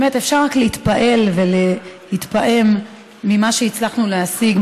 באמת אפשר רק להתפעל ולהתפעם ממה שהצלחנו להשיג,